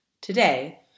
Today